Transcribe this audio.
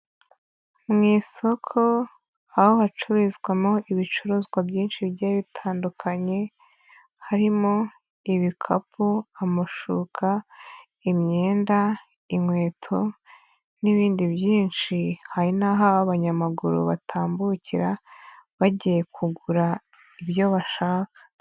Mu isoko aho hacururizwamo ibicuruzwa byinshi bigiye bitandukanye, harimo ibikapu, amushuka, imyenda, inkweto, n'ibindi byinshi, hari n'aho abanyamaguru batambukira bagiye kugura ibyo bashaka.